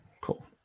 Cool